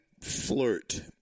flirt